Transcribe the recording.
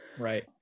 Right